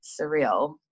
surreal